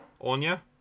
Onya